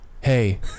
Hey